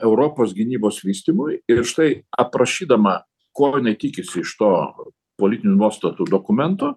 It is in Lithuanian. europos gynybos vystymui ir štai aprašydama ko jinai tikisi iš to politinių nuostatų dokumento